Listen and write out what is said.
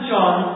John